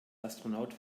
astronaut